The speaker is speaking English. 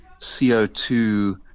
CO2